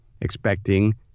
expecting